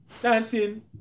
dancing